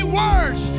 words